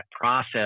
process